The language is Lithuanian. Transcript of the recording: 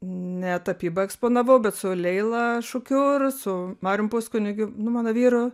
ne tapybą eksponavau bet su leila šukiu ir su marium puskunigiu nu mano vyru